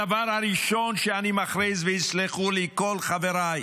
הדבר הראשון שאני מכריז, ויסלחו לי כל חבריי,